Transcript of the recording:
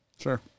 Sure